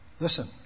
Listen